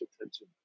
attention